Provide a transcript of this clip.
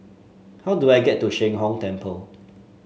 how do I get to Sheng Hong Temple